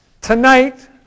Tonight